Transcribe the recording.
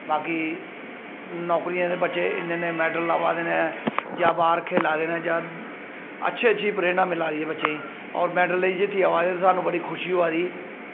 बाकी नौकरियें त इन्ने इन्ने मैडल अवा दे नै जां बाह्र खेल्ला दे नै जां अच्छी अच्छी प्रेरणा मिला दी ऐ बच्चें गी और मैडल लेई जित्तियै अवा दे ना साह्नू बड़ी खुशी होआ दी ऐ